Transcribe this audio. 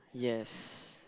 yes